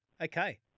okay